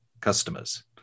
customers